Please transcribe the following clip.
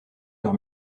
leur